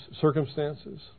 circumstances